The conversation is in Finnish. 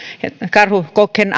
karhukokeen